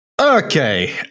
okay